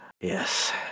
Yes